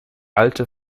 alte